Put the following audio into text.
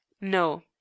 No